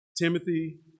Timothy